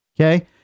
Okay